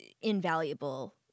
invaluable